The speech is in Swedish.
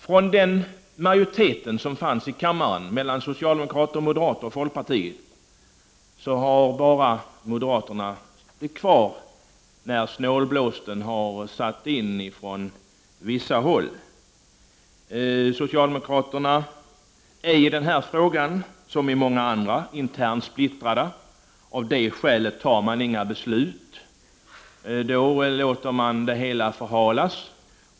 Utav den majoritet i kammaren bestående av socialdemokrater, moderater och folkpartister som fattade beslutet, har bara moderaterna blivit kvar när snålblåsten har satt in från vissa håll. Socialdemokraterna är i denna fråga, liksom i många andra frågor, internt splittrade. Av det skälet fattar man inga beslut. Man låter således det hela förhalas.